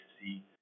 see